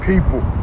People